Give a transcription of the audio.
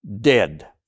dead